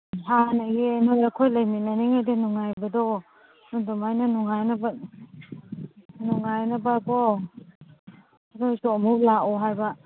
ꯍꯥꯟꯅ ꯌꯦꯡꯏꯉꯤꯉꯩꯗ ꯑꯩꯈꯣꯏ ꯂꯩꯃꯤꯟꯅꯔꯤꯉꯩꯗ ꯅꯨꯡꯉꯥꯏꯕꯗꯣ ꯑꯗꯨꯃꯥꯏꯅ ꯅꯨꯡꯉꯥꯏꯅꯕ ꯅꯨꯡꯉꯥꯏꯅꯕꯀꯣ ꯅꯣꯏꯁꯨ ꯑꯃꯨꯛ ꯂꯥꯛꯑꯣ ꯍꯥꯏꯕ